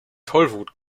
tollwut